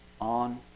on